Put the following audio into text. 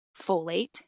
folate